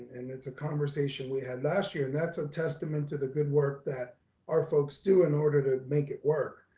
and it's a conversation we had last year and that's a testament to the good work that our folks do in order to make it work.